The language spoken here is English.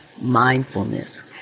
mindfulness